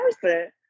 person